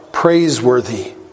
Praiseworthy